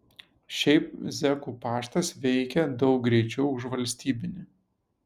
šiaip zekų paštas veikia daug greičiau už valstybinį